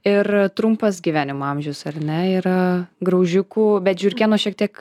ir trumpas gyvenimo amžius ar ne yra graužikų bet žiurkėnų šiek tiek